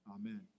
Amen